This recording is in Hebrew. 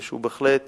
שהוא בהחלט